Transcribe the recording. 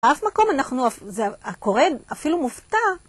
אף מקום, אנחנו... הקורא אפילו מופתע.